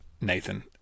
Nathan